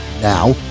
now